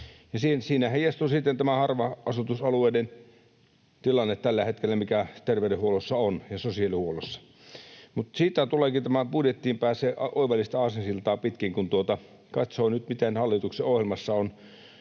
Siinä heijastuu sitten tämä harva-asutusalueiden tilanne tällä hetkellä, mikä terveydenhuollossa ja sosiaalihuollossa on. Siitä pääseekin budjettiin oivallista aasinsiltaa pitkin, kun katsoo nyt, mitä hallituksen ohjelmassa on.